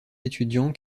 étudiants